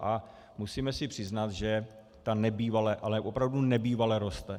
A musíme si přiznat, že ta nebývale, ale opravdu nebývale roste.